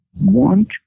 want